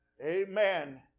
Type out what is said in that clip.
Amen